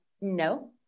no